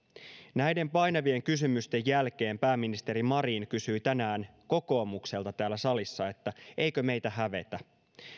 näiden painavien kysymysten jälkeen pääministeri marin kysyi tänään kokoomukselta täällä salissa että eikö meitä hävetä